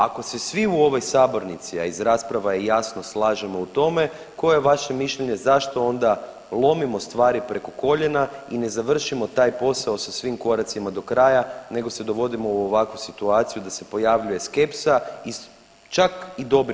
Ako se svi u ovoj sabornici, a iz rasprava je jasno slažemo u tome, koje je vaše mišljenje zašto onda lomimo stvari preko koljena i ne završimo taj posao sa svim koracima do kraja nego se dovodimo u ovakvu situaciju da se pojavljuje skepsa iz čak i dobrih namjera?